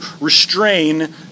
restrain